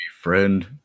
friend